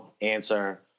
answer